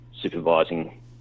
supervising